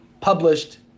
published